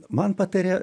man patarė